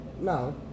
No